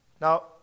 Now